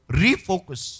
refocus